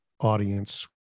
audience